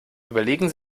überlegen